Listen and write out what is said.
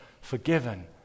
forgiven